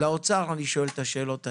אני מפנה את השאלות לאוצר.